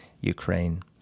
Ukraine